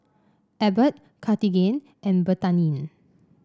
Abbott Cartigain and Betadine